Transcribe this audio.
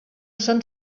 són